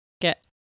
get